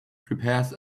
prepares